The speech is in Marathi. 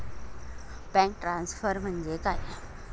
बँक ट्रान्सफर म्हणजे काय?